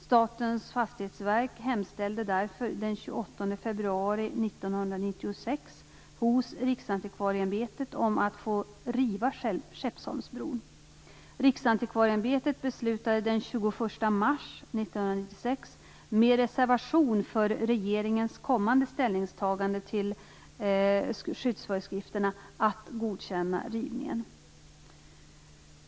Statens fastighetsverk hemställde därför den 28 februari 1996 hos Riksantikvarieämbetet om att få riva Skeppsholmsbron.